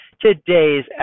Today's